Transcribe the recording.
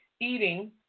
eating